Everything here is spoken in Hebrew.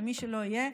למי שלא יהיה.